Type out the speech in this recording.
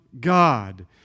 God